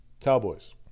Cowboys